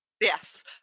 Yes